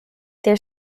their